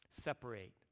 separate